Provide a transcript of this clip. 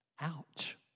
Ouch